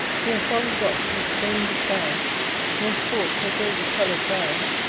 here folly drops each vain disguise nor sport her gaily colour'd dyes,